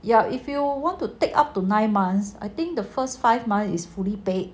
ya if you want to take up to nine months I think the first five month is fully paid